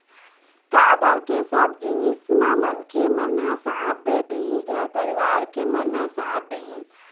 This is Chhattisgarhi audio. काबर के सब जिनिस म मनखे मन ह साथ दे दिही घर परिवार के मन ह साथ दिही